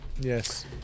Yes